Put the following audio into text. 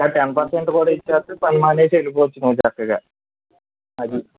ఇంకా ten percent కూడా ఇస్తే పని మానేసి వెళ్ళిపోవచ్చు నువ్వు చక్కగా అది